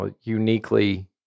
uniquely